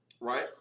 right